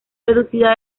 reducida